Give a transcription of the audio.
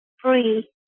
free